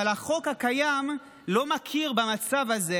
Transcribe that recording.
אבל החוק הקיים לא מכיר במצב הזה,